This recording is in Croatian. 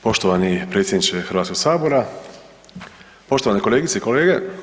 Poštovani predsjedniče Hrvatskog sabora, poštovane kolegice i kolege.